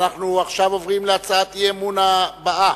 אנחנו עוברים להצעת האי-אמון הבאה: